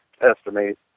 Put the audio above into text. estimate